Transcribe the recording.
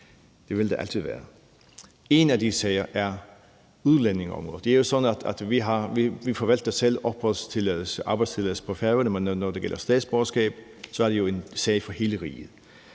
Det vil der altid være. En af de sager er udlændingeområdet. Det er jo sådan, at vi selv forvalter opholdstilladelser og arbejdstilladelser på Færøerne, men når det gælder statsborgerskab, er det jo en sag for hele riget.